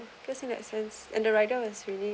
cause in that sense and the rider was really